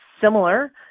similar